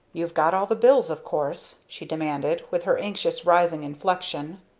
you've got all the bills, of course, she demanded, with her anxious rising inflection.